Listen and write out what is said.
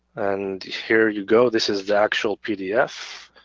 and here you go, this is the actual pdf